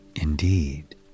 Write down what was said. indeed